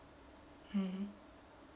mm